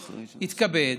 שיתכבד,